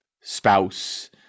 spouse